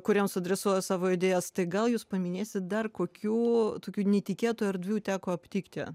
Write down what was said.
kuriems adresuoja savo idėjas tai gal jūs paminėsit dar kokių tokių netikėtų erdvių teko aptikti